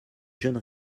jeune